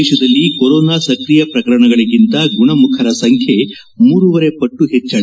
ದೇಶದಲ್ಲಿ ಕೊರೋನಾ ಸಕ್ರಿಯ ಪ್ರಕರಣಗಳಿಗಿಂತ ಗುಣಮುಖರ ಸಂಖ್ಯೆ ಮೂರೂವರೆ ಪಟ್ಟು ಹೆಚ್ಚಳ